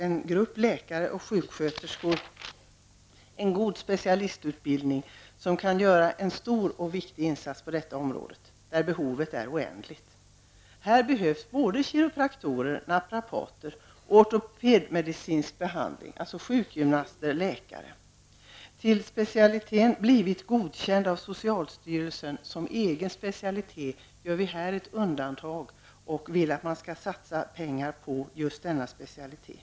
En grupp läkare och sjuksköterskor har en god specialistutbildning och kan göra en stor och viktig insats på detta område, där behovet är oändligt. Här behövs såväl kiropraktorer och naprapater som ortopedmedicinsk behandling förmedlad av sjukgymnaster och läkare. Tills specialiteten ortopedisk-medicinsk behandling blivit godkänd av socialstyrelsen som egen specialitet gör vi ett undantag och vill att man skall satsa pengar på just denna specialitet.